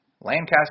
Lancaster